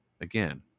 Again